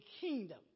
kingdom